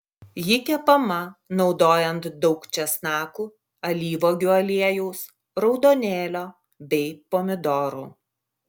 ji kepama naudojant daug česnakų alyvuogių aliejaus raudonėlio bei pomidorų